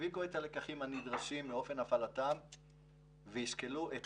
יפיקו את הלקחים הנדרשים מאופן הפעלתם וישקלו את